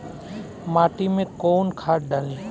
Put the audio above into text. माटी में कोउन खाद डाली?